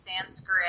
Sanskrit